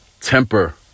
temper